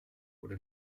wurde